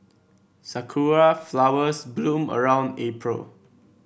sakura flowers bloom around April